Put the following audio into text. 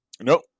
nope